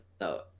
no